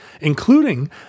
including